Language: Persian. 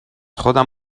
خودم